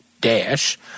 dash